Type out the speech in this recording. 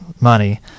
money